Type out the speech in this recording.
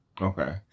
Okay